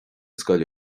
scoile